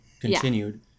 continued